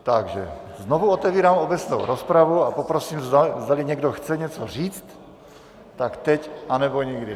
Takže znovu otevírám obecnou rozpravu a poprosím, zdali někdo chce něco říct, tak teď, anebo nikdy.